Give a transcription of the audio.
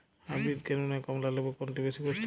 Hybrid কেনু না কমলা লেবু কোনটি বেশি পুষ্টিকর?